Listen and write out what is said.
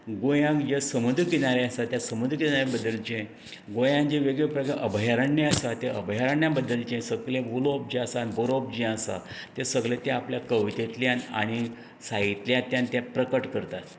गोंयाक जे समुद्र किनारे आसा त्या समुद्र किनाऱ्या बद्दलचें गोंया जी वेगळ्या प्रकारचे अभयारण्य आसा त्या अभयारण्या बद्दलचें सगलें उलोवप जें आसा आनी बरोवप जें आसा तें सगलें ते आपल्या कवितेंतल्यान आनी साहित्यांतल्यान ते प्रकट करतात